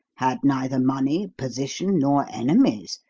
had neither money, position, nor enemies,